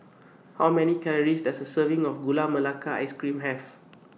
How Many Calories Does A Serving of Gula Melaka Ice Cream Have